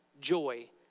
joy